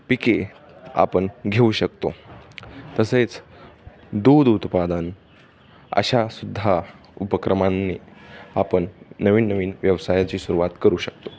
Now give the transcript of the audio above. पिके आपण घेऊ शकतो तसेच दूध उत्पादन अशा सुद्धा उपक्रमांनी आपण नवीन नवीन व्यवसायाची सुरवात करू शकतो